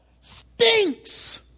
stinks